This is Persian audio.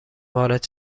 وارد